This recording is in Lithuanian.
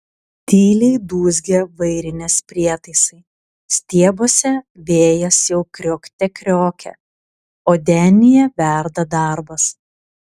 tyliai dūzgia vairinės prietaisai stiebuose vėjas jau kriokte kriokia o denyje verda darbas